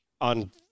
on